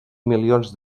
milions